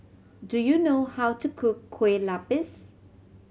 do you know how to cook Kueh Lapis